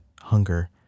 hunger